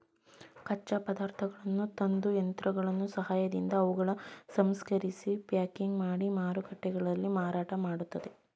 ಕಚ್ಚಾ ಪದಾರ್ಥಗಳನ್ನು ತಂದು, ಯಂತ್ರಗಳ ಸಹಾಯದಿಂದ ಅವುಗಳನ್ನು ಸಂಸ್ಕರಿಸಿ ಪ್ಯಾಕಿಂಗ್ ಮಾಡಿ ಮಾರುಕಟ್ಟೆಗಳಲ್ಲಿ ಮಾರಾಟ ಮಾಡ್ತರೆ